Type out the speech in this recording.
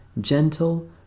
gentle